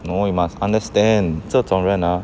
no you must understand 这种人 ah